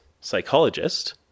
psychologist